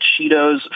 Cheetos